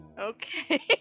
Okay